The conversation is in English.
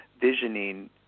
visioning